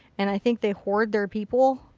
and i think they hoard their people.